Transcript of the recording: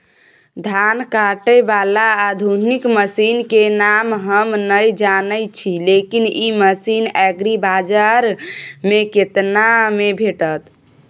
धान काटय बाला आधुनिक मसीन के नाम हम नय जानय छी, लेकिन इ मसीन एग्रीबाजार में केतना में भेटत?